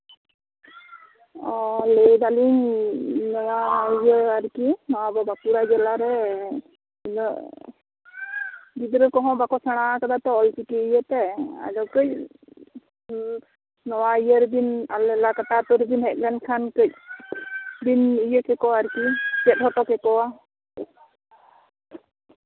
ᱞᱟᱹᱭ ᱫᱟᱹᱞᱤᱧ ᱱᱚᱶᱟ ᱤᱭᱟᱹ ᱟᱨᱠᱤ ᱱᱚᱶᱟ ᱵᱟᱸᱠᱩᱲᱟ ᱡᱮᱞᱟᱨᱮ ᱜᱤᱫᱽᱨᱟᱹ ᱠᱚᱦᱚᱸ ᱵᱟᱠᱚ ᱥᱮᱬᱟ ᱟ ᱛᱚ ᱚᱞᱪᱤᱠᱤ ᱤᱭᱟᱹᱛᱮ ᱟᱫᱚ ᱠᱟᱹᱪ ᱱᱚᱶᱟ ᱤᱭᱟᱹ ᱨᱮᱵᱤᱱ ᱟᱞᱮ ᱞᱟᱠᱟᱴᱟ ᱟᱹᱛᱳ ᱨᱮᱵᱤᱱ ᱦᱮᱡ ᱞᱮᱱᱠᱷᱟᱱ ᱠᱟᱹᱪ ᱵᱮᱱ ᱤᱭᱟᱹ ᱠᱮᱠᱚᱣᱟ ᱟᱨᱠᱤ ᱪᱮᱫ ᱦᱚᱴᱚ ᱠᱮᱠᱚᱣᱟ